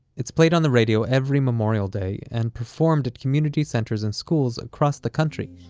it's played on the radio every memorial day, and performed at community centers and schools across the country.